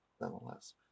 nonetheless